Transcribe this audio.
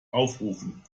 aufrufen